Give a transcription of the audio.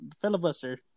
filibuster